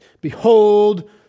Behold